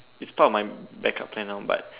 it's part of my back up plan now but